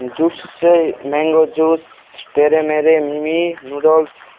juice चाहिँ mango juice टेरेमेरे मिमी नुडल्स